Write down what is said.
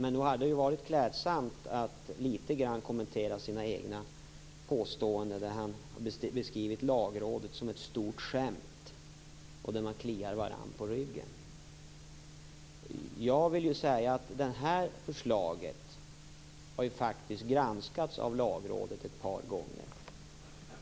Men nog hade det varit klädsamt om Mikael Odenberg litet grand hade kommenterat sina egna påståenden om att Lagrådet skulle vara ett stort skämt och att man där kliar varandra på ryggen. Det här förslaget har faktiskt granskats av Lagrådet ett par gånger.